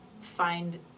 find